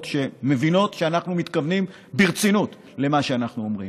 שמבינות שאנחנו מתכוונים ברצינות למה שאנחנו אומרים,